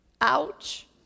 Ouch